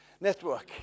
network